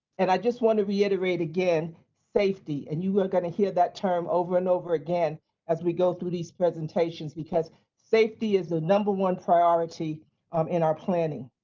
and i just want to reiterate again safety. and you are going to hear that term over and over again as we go through these presentations because safety is a number one priority in our planning.